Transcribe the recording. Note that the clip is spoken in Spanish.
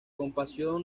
compasión